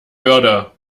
würde